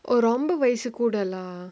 oh ரொம்ப வயசு கூட:romba vayasu kooda lah